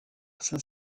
saint